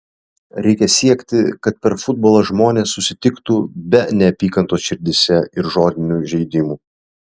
reikia siekti kad per futbolą žmonės susitiktų be neapykantos širdyse ir žodinių žeidimų